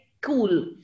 cool